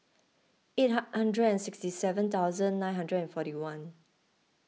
eight hundred and sixty seven thousand nine hundred and forty one